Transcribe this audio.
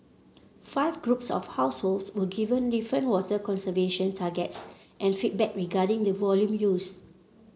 five groups of households were given different water conservation targets and feedback regarding the volume used